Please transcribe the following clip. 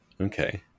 okay